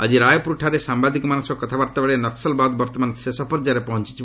ଆଜି ରାୟପୁରଠାରେ ସାମ୍ବାଦିକମାନଙ୍କ ସହ କଥାବାର୍ତ୍ତା ବେଳେ ନକ୍କଲବାଦ ବର୍ତ୍ତମାନ ଶେଷ ପର୍ଯ୍ୟାୟରେ ପହଞ୍ଚୁଛି